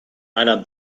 einer